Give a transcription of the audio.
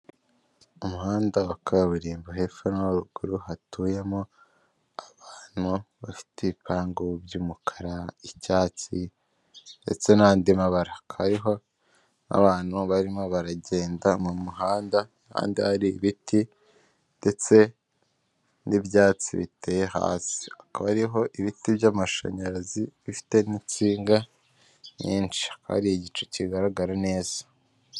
Umuhanda wa kaburimbo, hepfo no haruguru hatuyemo abantu bafite ibipangu by'umukara, icyatsi ndetse n'andi mabara. Hakaba hariho n'abantu barimo baragenda mu muhanda, ku ruhande hari ibiti ndetse n'ibyatsi biteye hasi. Hakaba hariho ibiti by'amashanyarazi bifite n'insinga nyinshi. Hakaba hari igicu kigaragara neza.